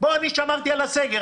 אני שמרתי על הסגר,